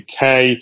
UK